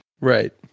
right